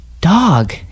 Dog